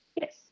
Yes